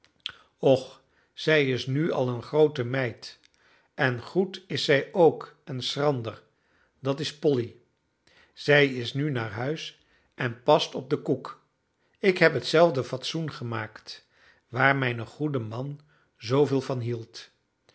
och zij is nu al een groote meid en goed is zij ook en schrander dat is polly zij is nu naar huis en past op den koek ik heb hetzelfde fatsoen gemaakt waar mijn goede man zooveel van hield